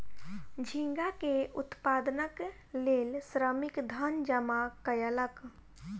झींगा के उत्पादनक लेल श्रमिक धन जमा कयलक